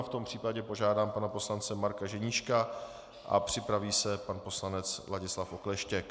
V tom případě požádám pana poslance Marka Ženíška a připraví se pan poslanec Ladislav Okleštěk.